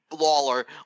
Lawler